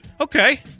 Okay